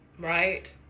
right